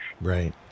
Right